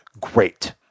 Great